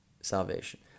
salvation